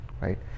right